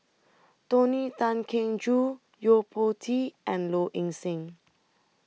Tony Tan Keng Joo Yo Po Tee and Low Ing Sing